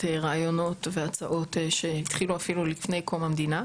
רעיונות והצעות שהתחילו אפילו לפני קום המדינה,